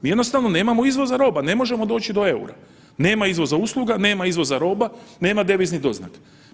Mi jednostavno nemamo izvoza roba, ne možemo doći do EUR-a, nema izvoza usluga, nema izvoza roba, nema deviznih doznaka.